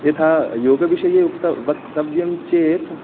यथा योगविषये उक्त वक्तव्यं चेत्